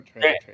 trade